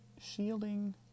shielding